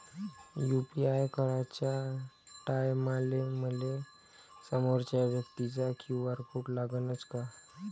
UPI कराच्या टायमाले मले समोरच्या व्यक्तीचा क्यू.आर कोड लागनच का?